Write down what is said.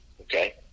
okay